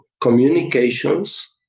communications